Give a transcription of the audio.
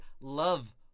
love